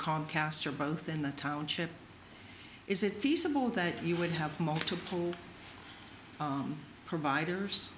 comcast or both in the township is it feasible that you would have multiple providers